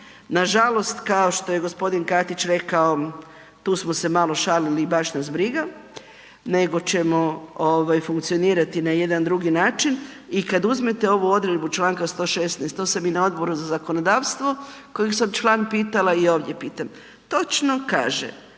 Nažalost kao što je gospodin Katić rekao tu smo se malo šalili i baš nas briga nego ćemo funkcionirati na jedan drugi način i kada uzmete ovu odredbu članka 116. to sam i na Odboru za zakonodavstvo kojeg sam član pitala i ovdje pitam, točno kaže